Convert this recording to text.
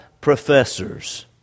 professors